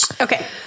okay